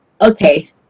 okay